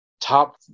top